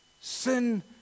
Sin